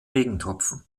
regentropfen